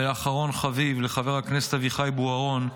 ואחרון חביב, לחבר הכנסת אביחי בוארון,